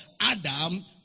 Adam